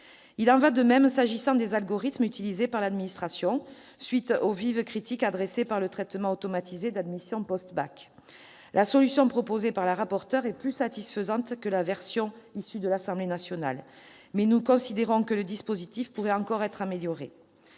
Il en va de même s'agissant des algorithmes utilisés par l'administration, à la suite des vives critiques qui se sont élevées contre le traitement automatisé du système admission post-bac. La solution proposée par Mme la rapporteur est plus satisfaisante que la version issue des travaux de l'Assemblée nationale, mais nous considérons que le dispositif pourrait encore être amélioré.